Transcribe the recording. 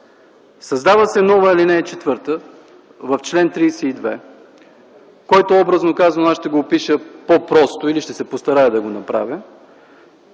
Създава се нова ал. 4 в чл. 32, който образно казано – ще го опиша по-просто или ще се постарая да го направя.